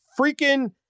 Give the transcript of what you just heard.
freaking